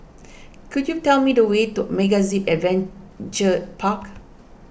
could you tell me the way to MegaZip Adventure Park